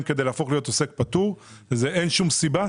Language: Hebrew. כדי להפוך להיות עוסק פטור; אין שום סיבה.